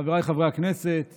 חבריי חברי הכנסת,